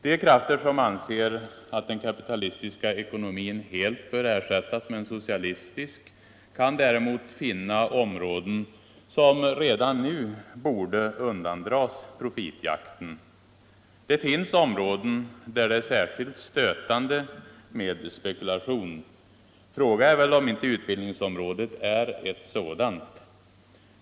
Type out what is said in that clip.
De krafter som anser att den kapitalistiska ekonomin helt bör ersättas med en socialistisk kan däremot finna områden som redan nu borde undandras profitjakten. Det finns områden där det är särskilt stötande med spekulation. Fråga är väl om inte utbildningsområdet är ett sådant.